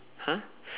!huh!